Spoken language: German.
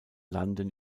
landen